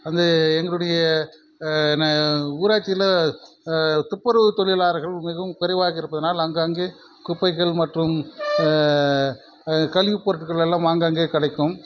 அது எங்களுடைய ந ஊராட்சியில் துப்புரவு தொழிலார்கள் மிகவும் குறைவாக இருப்பதனால் ஆங்காங்கே குப்பைகள் மற்றும் கழிவு பொருட்களெல்லாம் ஆங்காங்கே கிடைக்கும்